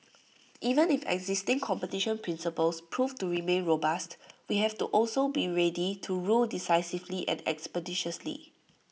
even if existing competition principles prove to remain robust we have to also be ready to rule decisively and expeditiously